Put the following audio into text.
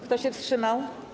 Kto się wstrzymał?